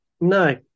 No